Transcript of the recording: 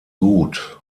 gut